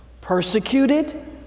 persecuted